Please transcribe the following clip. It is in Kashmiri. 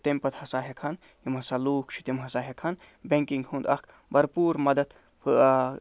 تہٕ تٔمۍ پَتہٕ ہسا ہٮ۪کہٕ ہن یِم ہسا لوٗکھ چھِ تِم ہسا ہٮ۪کہٕ ہَن بٮ۪کِنگ ہُند اکھ برپوٗر مدتھ آ